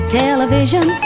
television